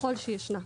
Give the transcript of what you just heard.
ככל שישנה.